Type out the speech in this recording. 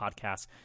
podcast